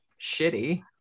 shitty